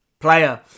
player